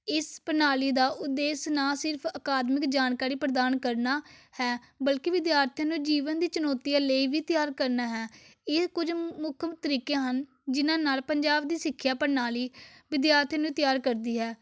ਇਸ ਪ੍ਰਣਾਲੀ ਦਾ ਉਦੇਸ਼ ਨਾ ਸਿਰਫ ਅਕਾਦਮਿਕ ਜਾਣਕਾਰੀ ਪ੍ਰਦਾਨ ਕਰਨਾ ਹੈ ਬਲਕਿ ਵਿਦਿਆਰਥੀਆਂ ਨੂੰ ਜੀਵਨ ਦੀ ਚੁਣੌਤੀਆਂ ਲਈ ਵੀ ਤਿਆਰ ਕਰਨਾ ਹੈ ਇਹ ਕੁਝ ਮੁ ਮੁੱਖ ਤਰੀਕੇ ਹਨ ਜਿਨ੍ਹਾਂ ਨਾਲ ਪੰਜਾਬ ਦੀ ਸਿੱਖਿਆ ਪ੍ਰਣਾਲੀ ਵਿਦਿਆਰਥੀਆਂ ਨੂੰ ਤਿਆਰ ਕਰਦੀ ਹੈ